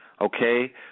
okay